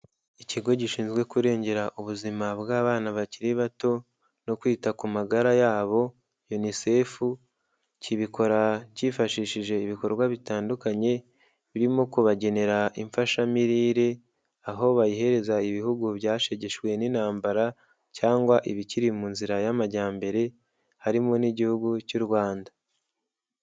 Ikigo gishinzwe kurengera ubuzima bw'abana bakiri bato no kwita ku magara yabo Unicef, kibikora cyifashishije ibikorwa bitandukanye birimo kubagenera imfashamirire, aho bayihereza ibihugu byashegeshwe n'intambara cyangwa ibikiri mu nzira y'amajyambere, harimo n'igihugu cy'u Rwanda.